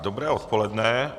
Dobré odpoledne.